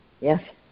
Yes